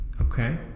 Okay